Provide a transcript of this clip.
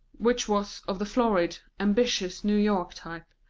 which was of the florid, ambitious new york type,